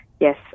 yes